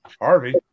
Harvey